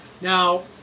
Now